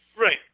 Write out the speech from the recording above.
Right